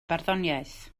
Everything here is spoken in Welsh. barddoniaeth